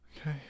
Okay